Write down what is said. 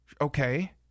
Okay